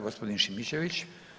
Gospodin Šimičević.